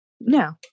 No